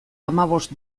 hamabost